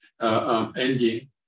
Ending